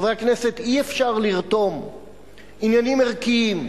חברי הכנסת, אי-אפשר לרתום עניינים ערכיים,